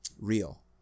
real